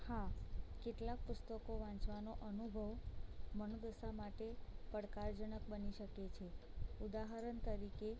હા કેટલાક પુસ્તકો વાંચવાનો અનુભવ મનોદશા માટે પડકારજનક બની શકે છે ઉદાહરણ તરીકે